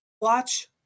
watch